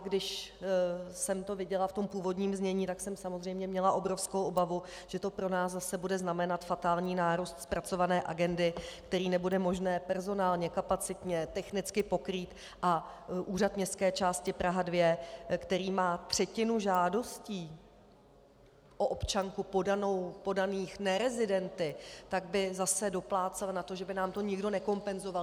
Když jsem to viděla v původním znění, tak jsem samozřejmě měla obrovskou obavu, že to pro nás zase bude znamenat fatální nárůst zpracované agendy, který nebude možné personálně, kapacitně, technicky pokrýt, a Úřad městské části Praha 2, který má třetinu žádostí o občanku podaných nerezidenty, by zase doplácel na to, že by nám to nikdo nekompenzoval.